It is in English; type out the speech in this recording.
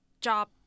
job